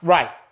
Right